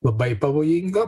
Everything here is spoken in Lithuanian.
labai pavojinga